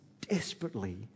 desperately